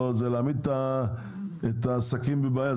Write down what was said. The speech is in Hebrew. זה להעמיד את העסקים בבעיה.